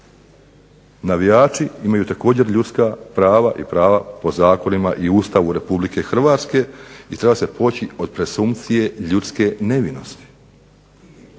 Navijači imaju također ljudska prava i prava po zakonima i Ustavu RH i treba se poći od presunkcije ljudske nevinosti.